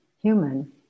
human